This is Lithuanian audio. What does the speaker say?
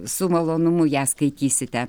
su malonumu ją skaitysite